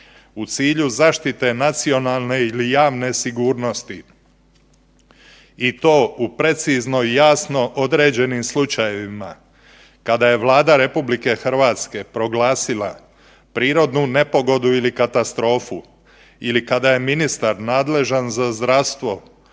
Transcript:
u cilju zaštite nacionalne ili javne sigurnosti i to u precizno i jasno određenim slučajevima kada je Vlada RH proglasila prirodnu nepogodu ili katastrofu ili kada je ministar nadležan za zdravstvo